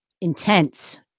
intense